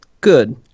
good